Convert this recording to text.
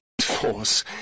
force